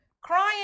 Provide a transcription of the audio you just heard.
crying